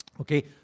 Okay